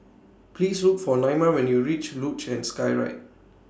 Please Look For Naima when YOU REACH Luge and Skyride